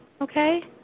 okay